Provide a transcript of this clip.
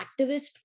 activist